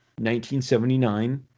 1979